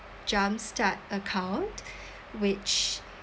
jumpstart account which